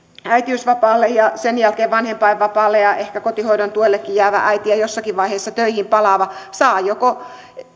äitiysvapaalle ja sen jälkeen vanhempainvapaalle ja ehkä kotihoidon tuellekin ja jossakin vaiheessa palaa töihin ja saa joko